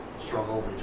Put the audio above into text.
struggle